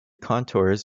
contours